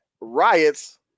riots